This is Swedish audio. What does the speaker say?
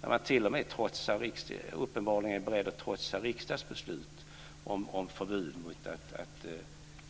Där är man t.o.m. uppenbarligen beredd att trotsa riksdagsbeslut om förbud mot att